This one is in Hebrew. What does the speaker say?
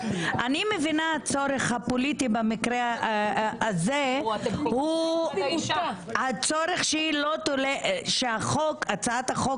אני מבינה את הצורך הפוליטי במקרה הזה הוא הצורך שהצעת החוק